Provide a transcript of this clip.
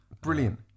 Brilliant